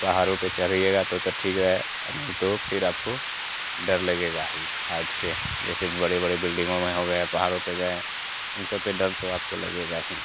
पहाड़ों पर चढ़िएगा तो तो ठीक है नहीं तो फिर आपको डर लगेगा ही हाइट से जैसे बड़े बड़े बिल्डिंगों में हो गए या पहाड़ों पे गए इन सब पे डर तो आपको लगेगा ही